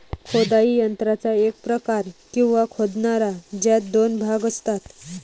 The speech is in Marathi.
खोदाई यंत्राचा एक प्रकार, किंवा खोदणारा, ज्यात दोन भाग असतात